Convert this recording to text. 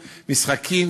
משחקים,